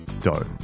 dough